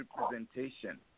representation